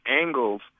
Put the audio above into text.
angles